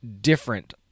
different